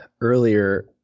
earlier